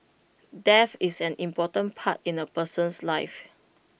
death is an important part in A person's life